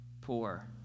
Poor